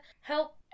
help